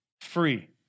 free